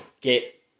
get